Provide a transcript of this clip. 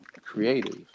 creative